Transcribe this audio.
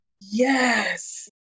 yes